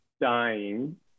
dying